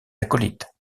acolytes